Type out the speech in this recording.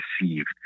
received